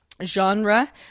genre